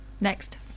Next